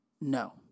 No